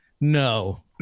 no